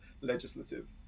legislative